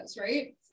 right